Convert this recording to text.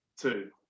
two